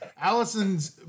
Allison's